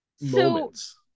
moments